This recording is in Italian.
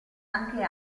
anche